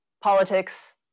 politics